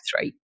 three